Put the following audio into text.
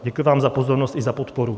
Děkuji vám za pozornost i za podporu.